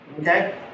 Okay